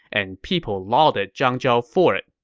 and people lauded zhang zhao for it